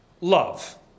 love